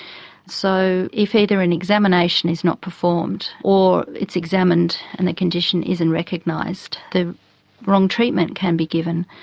so if either an examination is not performed or it's examined and the condition isn't recognised, the wrong treatment can be given.